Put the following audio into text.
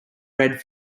red